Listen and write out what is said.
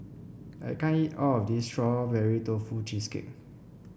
I can't eat all of this Strawberry Tofu Cheesecake